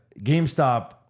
GameStop